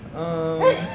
mm